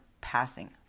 passing